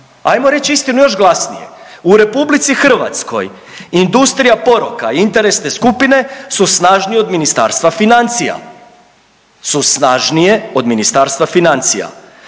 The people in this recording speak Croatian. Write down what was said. Ajmo reći istinu još glasnije. U RH industrija poroka i interesne skupine su snažnije od Ministarstva financija. Su snažnije od Ministarstva financija.